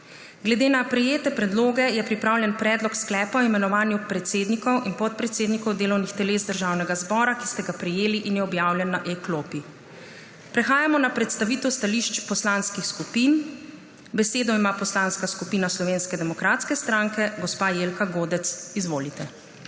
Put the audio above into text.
Glede na prejete predloge je pripravljen predlog sklepa o imenovanju predsednikov in podpredsednikov delovnih teles Državnega zbora, ki ste ga prejeli in je objavljen na e-klopi. Prehajamo na predstavitev stališč poslanskih skupin. Besedo ima Poslanska skupina Slovenske demokratske stranke. Gospa Jelka Godec, izvolite.